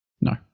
No